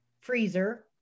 freezer